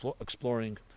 exploring